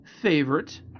favorite